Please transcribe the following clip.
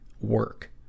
Work